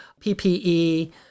PPE